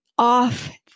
off